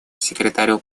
секретарю